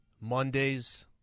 Mondays